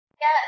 Yes